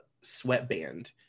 sweatband